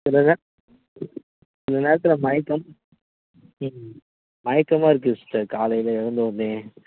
சில சில நேரத்தில் மயக்கம் ம் மயக்கமாக இருக்குது சிஸ்டர் காலையில் எழுந்த ஒடனே